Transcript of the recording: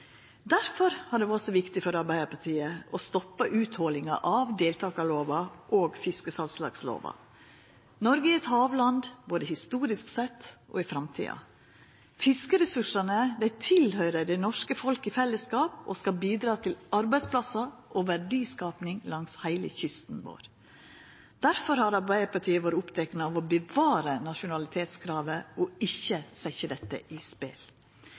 har det vore så viktig for Arbeidarpartiet å stoppa utholinga av deltakarlova og fiskesalslagslova. Noreg er eit havland både historisk sett og i framtida. Fiskeressursane høyrer til det norske folket i fellesskap og skal bidra til arbeidsplassar og verdiskaping langs heile kysten vår. Difor har Arbeidarpartiet vore oppteke av å bevara nasjonalitetskravet og ikkje setja dette i spel,